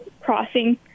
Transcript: crossing